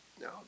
No